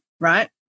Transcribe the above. right